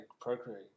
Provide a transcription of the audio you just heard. procreate